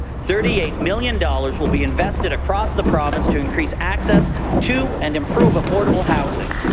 thirty eight million dollars will be invested across the province to increase access to and improve affordable housing.